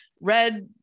red